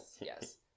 yes